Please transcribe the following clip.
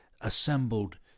assembled